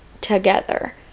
together